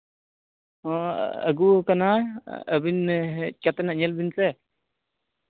ᱦᱚᱸ ᱟᱹᱜᱩᱣᱟᱠᱟᱱᱟ ᱟᱹᱵᱤᱱ ᱦᱮᱡ ᱠᱟᱛᱮᱫ ᱱᱟᱜ ᱧᱮᱞ ᱵᱤᱱ ᱥᱮ